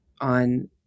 on